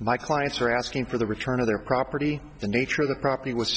my clients for asking for the return of their property the nature of the property w